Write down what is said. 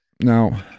Now